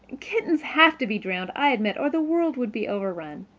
kittens have to be drowned, i admit, or the world would be overrun.